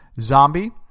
Zombie